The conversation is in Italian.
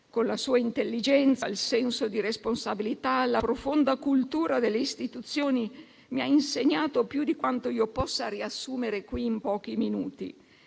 Con la sua intelligenza, il senso di responsabilità e la profonda cultura delle istituzioni, mi ha insegnato più di quanto io possa riassumere qui in pochi minuti.